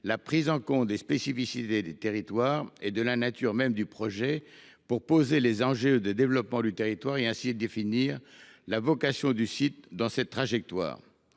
la prise en compte des spécificités des territoires et de la nature même du projet pour poser les enjeux de développement du territoire et ainsi définir la vocation du site dans cette trajectoire.